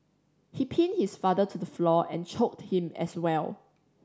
he pinned his father to the floor and choked him as well